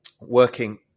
working